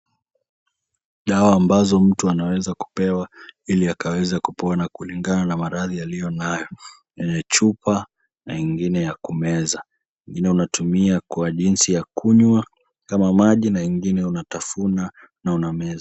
Dawa ambazo mtu anaweza kupewa ili akaweze kupona kulingana na maradhi aliyo nayo. Ni ya chupa na ingine ya kumeza. Ingine unatumia kwa jinsi ya kunywa kama maji na ingine unatafuna na unameza.